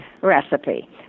recipe